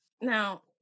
now